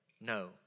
No